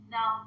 Now